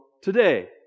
today